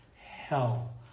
hell